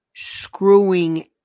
screwing